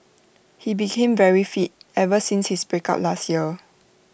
he became very fit ever since his breakup last year